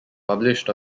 published